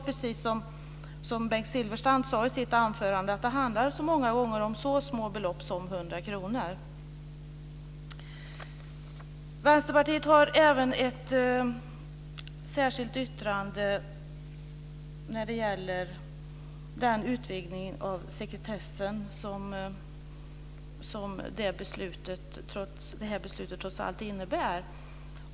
Precis som Bengt Silfverstrand sade handlar det många gånger om så små belopp som 100 kr. Vänsterpartiet har även ett särskilt yttrande när det gäller den utvidgning av sekretessen som det här beslutet trots allt innebär.